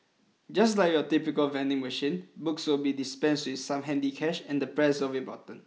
just like your typical vending machine books will be dispensed with some handy cash and the press of a button